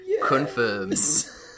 confirms